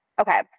Okay